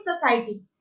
society